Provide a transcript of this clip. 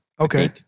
Okay